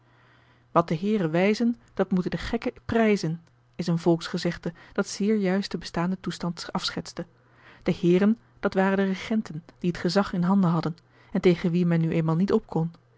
wat de heeren wijzen dat moeten de gekken prijzen is een volksgezegde dat zeer juist den bestaanden toestand afschetste de heeren dat waren de regenten die t gezag in handen hadden en tegen wie men nu eenmaal niet op